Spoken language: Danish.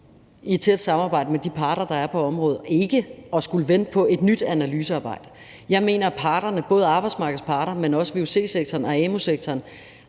i tæt samarbejde med de parter, der er på området, og ikke at skulle vente på et nyt analysearbejde. Jeg mener, at parterne, både arbejdsmarkedets parter, men også vuc-sektoren og amu-sektoren,